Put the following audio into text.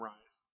Rise